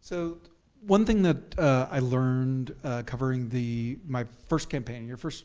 so one thing that i learned covering the, my first campaign. your first